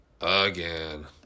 Again